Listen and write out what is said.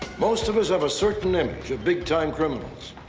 most of us have a certain image of big time criminals.